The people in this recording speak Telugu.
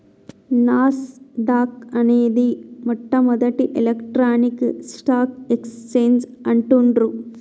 నాస్ డాక్ అనేది మొట్టమొదటి ఎలక్ట్రానిక్ స్టాక్ ఎక్స్చేంజ్ అంటుండ్రు